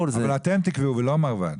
אבל אתם תקבעו ולא המרב"ד.